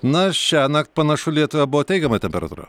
na šiąnakt panašu lietuvoje buvo teigiama temperatūra